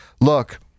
Look